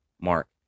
mark